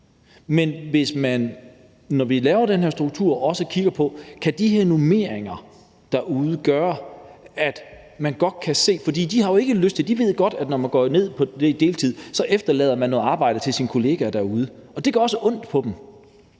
Men man kan, når man laver den her struktur, også kigge på, hvad de her normeringer derude kan gøre. For de ved jo godt, at de, når de går ned på deltid, så efterlader noget arbejde til deres kollegaer derude, og det gør også ondt på dem.